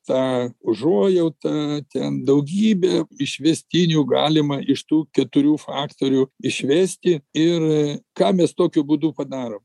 tą užuojautą ten daugybė išvestinių galima iš tų keturių faktorių išvesti ir ką mes tokiu būdu padarom